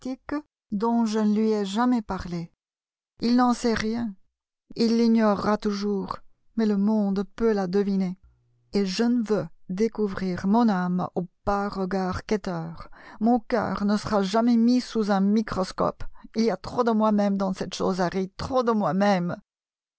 dont je ne lui ai jamais parlé il n'en sait rien il l'ignorera toujours mais le monde peut la deviner et je ne veux pas découvrir mon âme aux bas regards quêteurs mon cœur ne sera jamais mis sous un microscope il y a trop de moi-même dans cette chose harry trop de moi